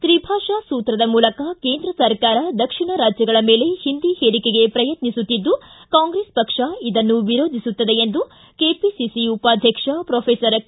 ತ್ರಿಭಾಷಾ ಸೂತ್ರದ ಮೂಲಕ ಕೇಂದ್ರ ಸರ್ಕಾರ ದಕ್ಷಿಣ ರಾಜ್ಯಗಳ ಮೇಲೆ ಹಿಂದಿ ಹೇರಿಕೆಗೆ ಪ್ರಯತ್ನಿಸುತ್ತಿದ್ದು ಕಾಂಗ್ರೆಸ್ ಪಕ್ಷ ಇದನ್ನು ವಿರೋಧಿಸುತ್ತದೆ ಎಂದು ಕೆಪಿಸಿಸಿ ಉಪಾಧ್ಯಕ್ಷ ಪೊಫೆಸರ್ ಕೆ